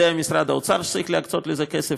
משרד האוצר יודע שצריך להקצות לזה כסף,